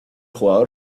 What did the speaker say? jugador